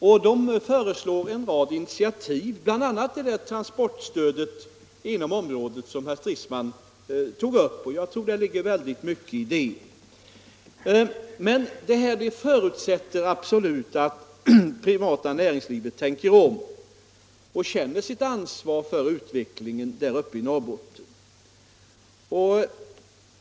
Gruppen föreslår en rad initiativ, bl.a. det transportstöd inom området som herr Stridsman tog upp, och jag tror det ligger väldigt mycket i det. Men detta förutsätter.absolut att det privata näringslivet tänker om och känner sitt ansvar för utvecklingen i Norrbotten.